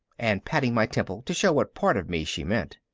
and patting my temple to show what part of me she meant.